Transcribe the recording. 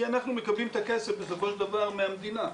כי אנחנו מקבלים את הכסף בסופו של דבר מהמדינה,